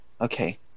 Okay